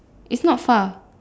it's not far